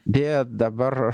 deja dabar